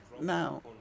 Now